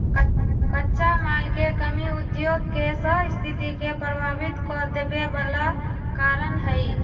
कच्चा माल के कमी उद्योग के सस्थिति के प्रभावित कदेवे बला कारण हई